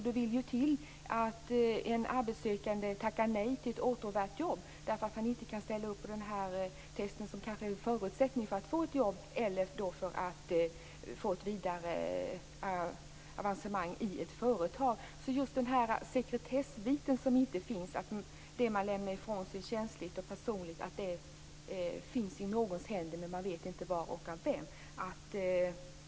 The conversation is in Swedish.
Det vill till att en arbetssökande tackar nej till ett åtråvärt jobb därför att han inte kan ställa upp på det här testet, som kanske är en förutsättning för att få ett jobb eller ett vidare avancemang inom ett företag. Det är alltså just den här sekretessbiten som inte finns. Det känsliga och personliga som man lämnar ifrån sig finns i någons händer, men man vet inte vems.